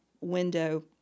window